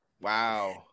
Wow